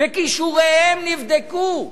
וכישוריהם נבדקו,